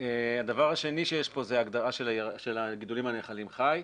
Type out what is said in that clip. הדבר השני שיש כאן היא הגדרה של הגידולים הנאכלים חי.